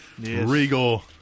Regal